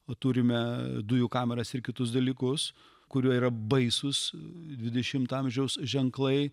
turime dujų kameras ir kitus dalykus kurie yra baisūs dvidešimto amžiaus ženklai